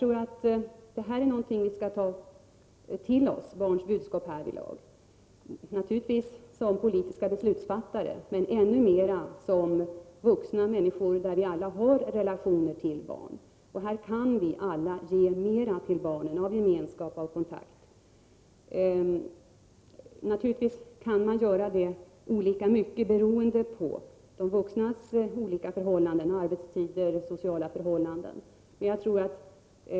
Barnens budskap skall vi ta till oss, naturligtvis som politiska beslutsfattare men ännu mer som vuxna människor med relationer till barn. Här kan vi alla ge mera till barnen i form av gemenskap och kontakt. Man kan naturligtvis göra det olika mycket beroende på de vuxnas olika förhållanden — arbetstider och sociala förhållanden.